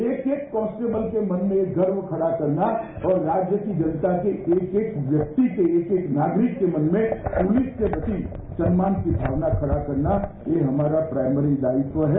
एक एक कांस्टेबल के मन में गर्व खड़ा करना हर राज्य की जनता के एक एक व्यक्ति के एक एक नागरिक के मन में पुलिस के प्रति सम्मान की भावना पैदा करना यह हमारा प्राइमरी दायित्व है